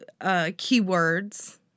keywords